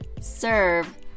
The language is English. serve